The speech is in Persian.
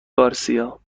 گارسیا